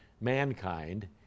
mankind